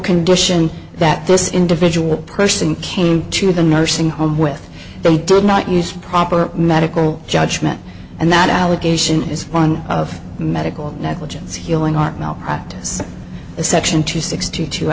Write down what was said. condition that this individual person came to the nursing home with they did not use proper medical judgment and that allegation is one of medical negligence healing art malpractise a section two sixty two